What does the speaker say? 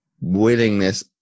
willingness